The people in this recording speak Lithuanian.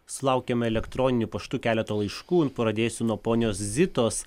sulaukėm elektroniniu paštu keleto laiškų pradėsiu nuo ponios zitos